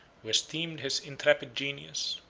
who esteemed his intrepid genius,